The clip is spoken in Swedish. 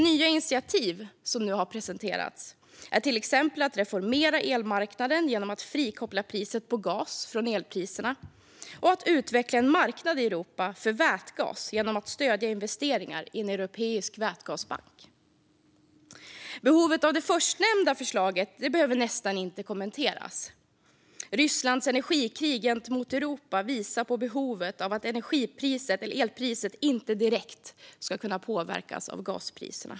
Nya initiativ som presenterats är till exempel att reformera elmarknaden genom att frikoppla priset på gas från elpriserna och att utveckla en marknad i Europa för vätgas genom att stödja investeringar i en europeisk vätgasbank. Behovet av det förstnämnda förslaget behöver nästan inte kommenteras. Rysslands energikrig gentemot Europa visar på behovet av att elpriset inte direkt ska kunna påverkas av gaspriserna.